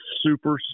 super